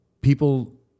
people